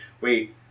wait